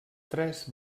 tres